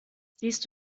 siehst